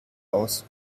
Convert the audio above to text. aus